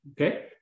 Okay